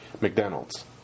McDonald's